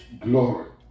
glory